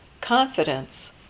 confidence